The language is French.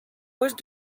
hausse